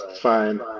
Fine